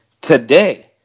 today